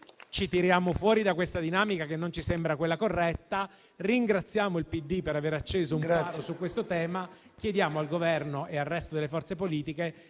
ci tiriamo fuori da questa dinamica, che non ci sembra quella corretta. Ringraziamo il PD per avere acceso un faro su questo tema e chiediamo al Governo e al resto delle forze politiche